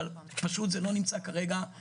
אבל כרגע זה לא נמצא על הפרק.